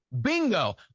Bingo